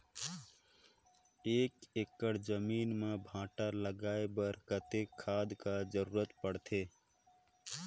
एक एकड़ जमीन म भांटा लगाय बर कतेक खाद कर जरूरत पड़थे?